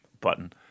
button